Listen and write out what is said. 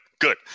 good